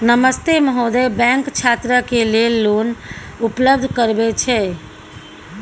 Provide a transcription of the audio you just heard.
नमस्ते महोदय, बैंक छात्र के लेल लोन उपलब्ध करबे छै?